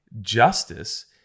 justice